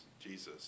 Jesus